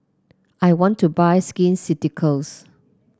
I want to buy Skin Ceuticals